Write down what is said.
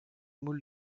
moule